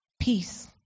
peace